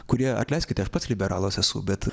kurie atleiskite aš pats liberalas esu bet